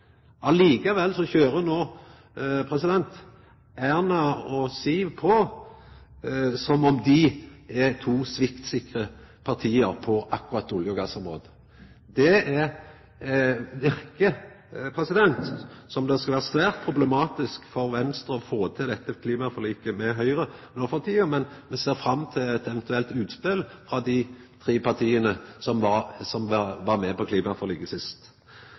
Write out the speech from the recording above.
Likevel kjører no Erna og Siv på som om dei er to sviktsikre parti nettopp på olje- og gassområdet. Det verkar som om det vil vera svært problematisk for Venstre å få til eit klimaforlik med Høgre no for tida, men me ser fram til eit eventuelt utspel frå dei tre partia som var